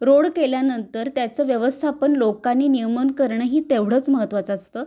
road केल्यानंतर त्याचं व्यवस्थापन लोकांनी नियमन करणंही तेवढंच महत्त्वाचं असतं